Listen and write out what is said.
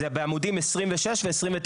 זה בעמודים 26 ו-29,